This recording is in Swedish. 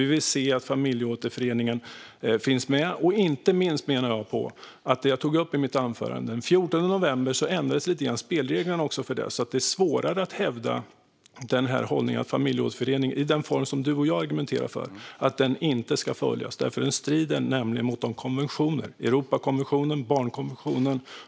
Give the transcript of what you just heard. Vi vill se att familjeåterföreningen finns med. Inte minst gäller det vad jag tog upp i mitt anförande om att spelreglerna för det ändrades lite grann den 14 november. Det är svårare att hävda att hållningen att familjeåterförening i den form som du och jag argumenterar för inte ska finnas. Det strider nämligen mot konventioner - Europakonventionen och barnkonventionen.